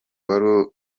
wari